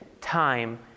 time